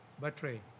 battery